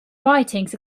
writings